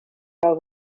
girl